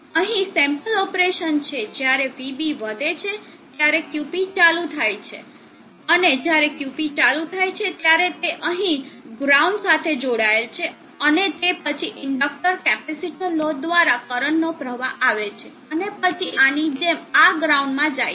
અહીં sample operation છે જ્યારે Vb વધે છે ત્યારે QP ચાલુ થાય છે તેથી જ્યારે QP ચાલુ થાય છે ત્યારે તે અહીંની ગ્રાઉન્ડ સાથે જોડાયેલ છે અને તે પછી ઇન્ડક્ટર કેપેસિટર લોડ દ્વારા કરંટનો પ્રવાહ આવે છે અને પછી આની જેમ આ ગ્રાઉન્ડ માં જાય છે